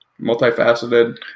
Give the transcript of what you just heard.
Multifaceted